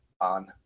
on